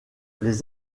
les